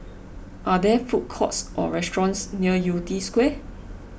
are there food courts or restaurants near Yew Tee Square